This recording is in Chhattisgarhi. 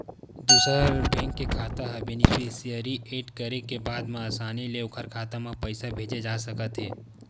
दूसर बेंक के खाता ह बेनिफिसियरी एड करे के बाद म असानी ले ओखर खाता म पइसा भेजे जा सकत हे